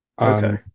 Okay